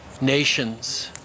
nations